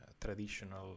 Traditional